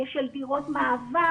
של דירות מעבר.